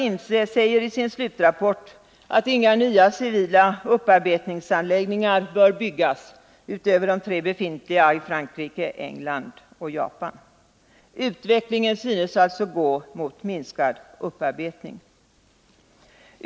INFCE säger i sin slutrapport att inga nya civila upparbetningsanläggningar bör byggas utöver de tre befintliga i Frankrike, England och Japan. Utvecklingen synes alltså gå mot minskad upparbetning.